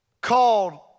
called